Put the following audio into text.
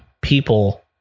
People